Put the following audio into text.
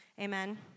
Amen